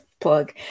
plug